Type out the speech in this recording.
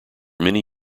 many